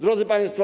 Drodzy Państwo!